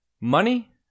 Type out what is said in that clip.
Money